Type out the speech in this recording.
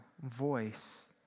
voice